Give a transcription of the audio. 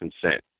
consent